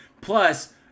Plus